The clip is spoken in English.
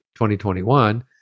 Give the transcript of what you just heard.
2021